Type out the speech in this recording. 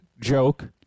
joke